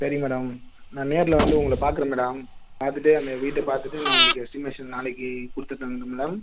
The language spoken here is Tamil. சரி மேடம் நான் நேரில் வந்து உங்களை பார்க்குறேன் மேடம் பார்த்துட்டு அந்த வீட்டை பார்த்துட்டு நான் உங்களுக்கு எஸ்ட்டிமேஷன் நாளைக்கு கொடுத்துட்டுங்களா மேடம்